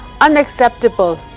Unacceptable